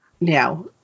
now